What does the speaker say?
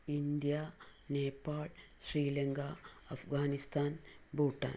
India Nepal Sri Lanka Afghanistan Bhutan